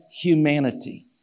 humanity